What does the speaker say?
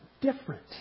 different